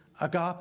agape